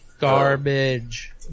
Garbage